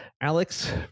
Alex